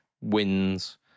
wins